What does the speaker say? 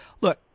Look